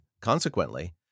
consequently